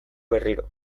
berriro